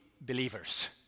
believers